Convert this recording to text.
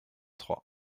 trois